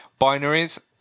Binaries